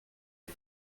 est